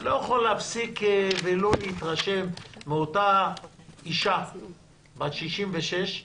אני לא יכול להפסיק ולא להתרשם מאותה אישה בת 66,